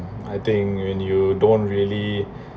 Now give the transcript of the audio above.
I think when you don't really